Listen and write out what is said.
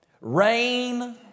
rain